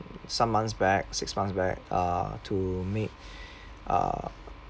some months back six months back uh to make uh